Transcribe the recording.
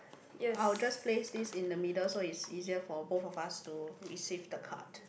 I'll just place this in the middle so it's easier for both of us to receive the card